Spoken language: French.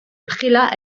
prélat